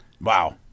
Wow